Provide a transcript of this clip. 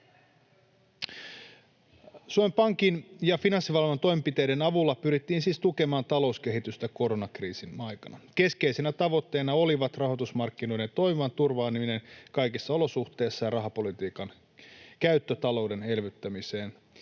Suomen Pankin ja Finanssivalvonnan toimenpiteiden avulla pyrittiin siis tukemaan talouskehitystä koronakriisin aikana. Keskeisenä tavoitteena olivat rahoitusmarkkinoiden toiminnan turvaaminen kaikissa olosuhteissa ja rahapolitiikan käyttö talouden elvyttämiseen.